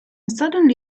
suddenly